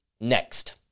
next